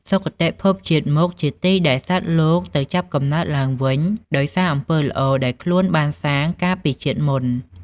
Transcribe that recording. សុគតិភពជាតិមុខ ជាទីដែលសត្វលោកទៅចាប់កំណើតឡើងវិញដោយសារអំពើល្អ ដែលខ្លួនបានសាងកាលពីជាតិមុន។